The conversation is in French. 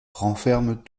renferment